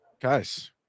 guys